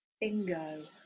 bingo